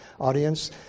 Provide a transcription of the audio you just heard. audience